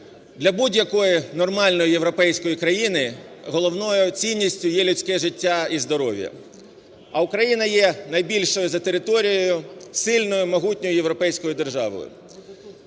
для будь-якої нормальної європейської країни головною цінністю є людське життя і здоров'я, а Україна є найбільшою за територією сильною, могутньою європейською державою.